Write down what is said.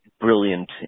brilliant